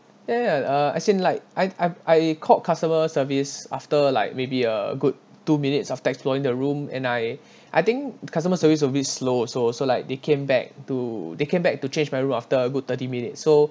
then and uh as in like I've I've I called customer service after like maybe a good two minutes of exploring the room and I I think customer service was a bit slow also so like they came back to they came back to change my room after a good thirty minutes so